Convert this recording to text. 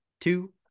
two